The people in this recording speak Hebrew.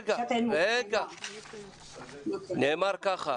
נאמר כך,